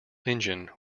engine